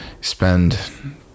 spend